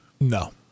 No